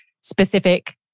specific